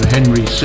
Henry